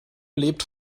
lebt